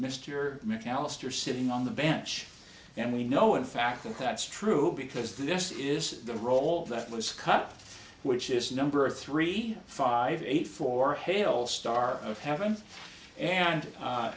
mr mcallister sitting on the bench and we know in fact that's true because this is the role that was cut which is number three five eight four hail star of heaven and